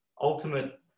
ultimate